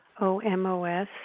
O-M-O-S